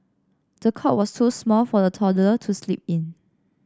the cot was too small for the toddler to sleep in